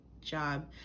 job